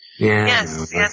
Yes